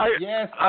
Yes